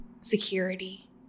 security